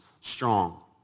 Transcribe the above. strong